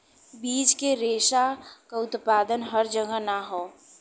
बीज के रेशा क उत्पादन हर जगह ना हौ